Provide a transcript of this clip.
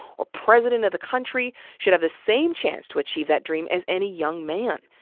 or president of the country, should have the same chance to achieve that dream as any young man.